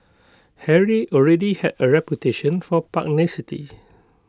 Harry already had A reputation for pugnacity